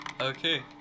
Okay